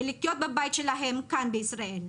ולחיות בבית שלהם כאן בישראל.